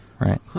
Right